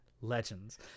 legends